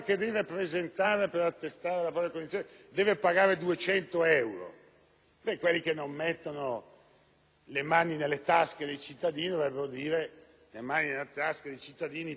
le mani nelle tasche dei cittadini, dovrebbero specificare «nelle tasche dei cittadini italiani», non di quelli stranieri, ma regolarmente soggiornanti nel nostro Paese.